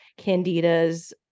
candidas